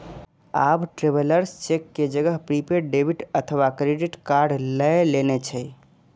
आब travellers cheque के जगह प्रीपेड डेबिट अथवा क्रेडिट कार्ड लए लेने छै